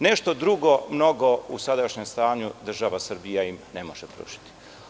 Nešto drugo mnogo, u sadašnjem stanju, država Srbija im ne može pružiti.